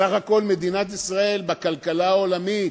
בסך הכול מדינת ישראל בכלכלה העולמית